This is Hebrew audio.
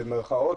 במירכאות,